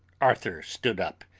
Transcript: arthur stood up.